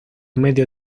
medio